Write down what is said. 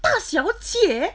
大小姐